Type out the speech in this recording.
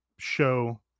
Show